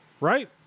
Right